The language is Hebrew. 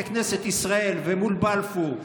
בכנסת ישראל ומול בלפור,